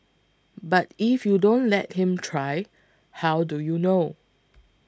but if you don't let him try how do you know